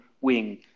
wing